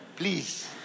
Please